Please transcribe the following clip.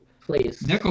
please